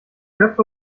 köpfe